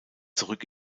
zurück